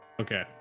okay